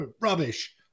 rubbish